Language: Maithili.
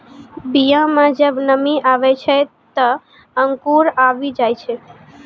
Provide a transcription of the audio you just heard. बीया म जब नमी आवै छै, त अंकुर आवि जाय छै